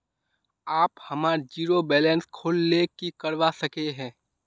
आप हमार zero balance खोल ले की करवा सके है?